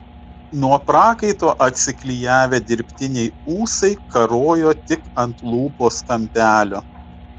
nuo prakaito atsiklijavę dirbtiniai ūsai karojo tik ant lūpos kampelio